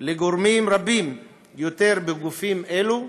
לגורמים רבים יותר בגופים אלה.